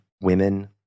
women